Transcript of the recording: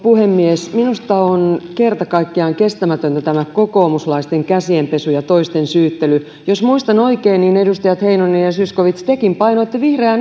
puhemies minusta on kerta kaikkiaan kestämätöntä tämä kokoomuslaisten käsienpesu ja toisten syyttely jos muistan oikein edustajat heinonen ja zyskowicz tekin painoitte vihreää